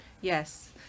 Yes